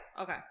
Okay